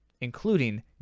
including